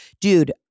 Dude